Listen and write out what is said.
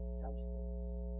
substance